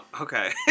Okay